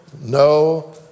no